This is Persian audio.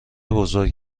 بزرگ